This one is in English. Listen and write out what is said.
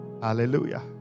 Hallelujah